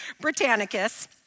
Britannicus